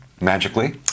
Magically